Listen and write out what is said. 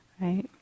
right